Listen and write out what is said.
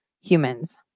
humans